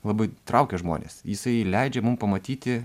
labai traukia žmones jisai leidžia mum pamatyti